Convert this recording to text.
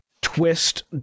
twist